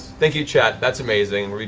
thank you, chat, that's amazing.